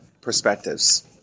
perspectives